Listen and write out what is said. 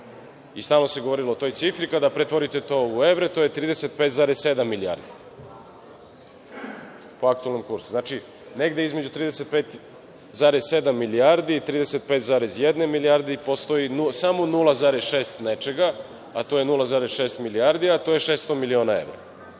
i stalno se govorilo o toj cifri, kada pretvorite to u evre, to je 35,7 milijardi po aktuelnom kursu, znači, negde između 35,7 milijardi i 35,1 milijardi, postoji samo 0,6 nečega, a to je 0,6 milijardi, a to je 600 miliona evra.